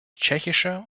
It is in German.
tschechische